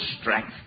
strength